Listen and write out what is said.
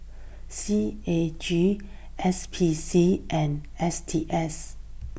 C A G S P C and S T S